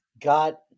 got